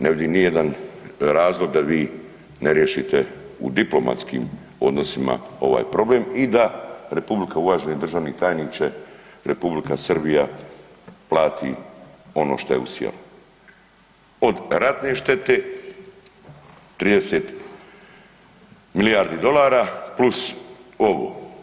Ne vidim nijedan razlog da vi ne riješite u diplomatskim odnosima ovaj problem i da uvaženi državni tajniče Republika Srbija plati ono što je usijala od ratne štete 30 milijardi dolara plus ovo.